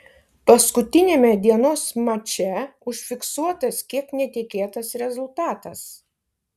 paskutiniame dienos mače užfiksuotas kiek netikėtas rezultatas